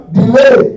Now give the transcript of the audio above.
delay